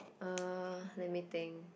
uh let me think